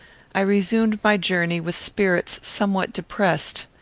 i resumed my journey with spirits somewhat depressed.